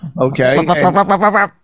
Okay